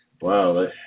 wow